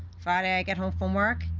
friday, i get home from work,